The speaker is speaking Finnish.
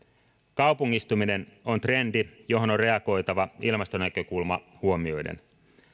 kaupungistuminen on trendi johon on reagoitava ilmastonäkökulma huomioiden